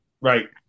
Right